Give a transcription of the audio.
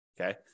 Okay